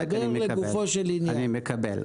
אני מקבל.